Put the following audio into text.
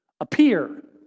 Appear